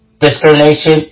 Discrimination